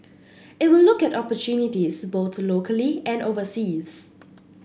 it will look at opportunities both locally and overseas